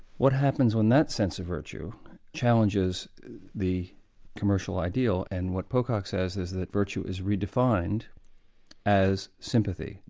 what happens when that sense of virtue challenges the commercial ideal, and what pokake says is that virtue is redefined as sympathy.